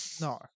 No